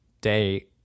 day